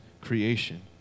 creation